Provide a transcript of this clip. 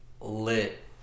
lit